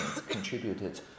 contributed